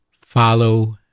follow